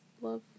love